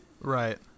Right